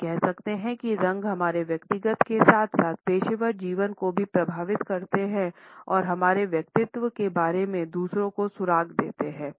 हम कह सकते हैं कि रंग हमारे व्यक्तिगत के साथ साथ पेशेवर जीवन को भी प्रभावित करते हैं और हमारे व्यक्तित्व के बारे में दूसरों को सुराग देते हैं